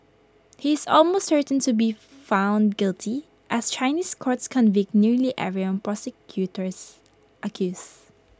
he is almost certain to be found guilty as Chinese courts convict nearly everyone prosecutors accuse